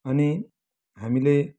अनि हामीले